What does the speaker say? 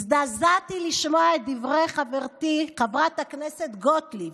הזדעזעתי לשמוע את דברי חברתי חברת הכנסת גוטליב,